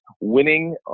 winning